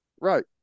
Right